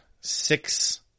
six